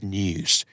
news